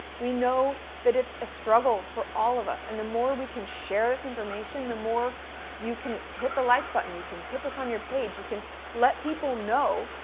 we know that it's a struggle for all of us, and the more that we can share this information, the more you can hit the like button, you can put this on your page you can let people know,